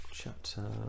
chapter